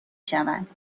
شود